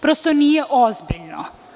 Prosto, nije ozbiljno.